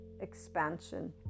expansion